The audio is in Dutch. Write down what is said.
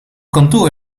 kantoor